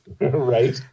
Right